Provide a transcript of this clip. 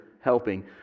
helping